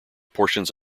portions